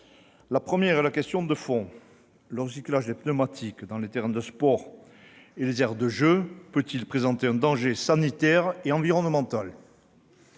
La première porte sur le fond : le recyclage des pneumatiques dans les terrains de sport et les aires de jeu peut-il présenter un danger sanitaire et environnemental ?